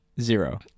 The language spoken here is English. Zero